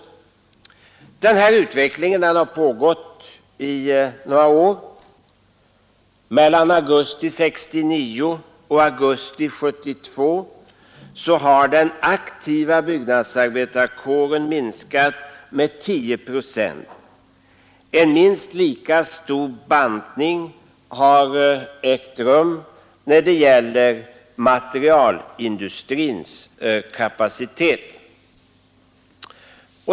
Den här utvecklingen har pågått under några år. Mellan augusti 1969 och augusti 1972 har den aktiva byggnadsarbetarkåren minskat med 10 procent. En minst lika stor ”bantning” har ägt rum när det gäller materialindustrins kapacitet.